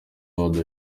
awards